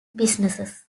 businesses